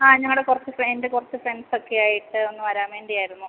ആ ഞങ്ങളുടെ കുറച്ച് എൻ്റെ കുറച്ച് ഫ്രണ്ട്സൊക്കെ ആയിട്ട് ഒന്ന് വരാൻ വേണ്ടി ആയിരുന്നു